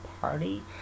party